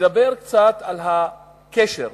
לדבר קצת על הקשר,